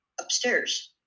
upstairs